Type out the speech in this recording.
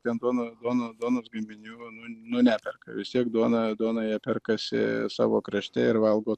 ten duonos duonos duonos gaminių nu nu neperka vis tiek duoną duoną jie perkasi savo krašte ir valgo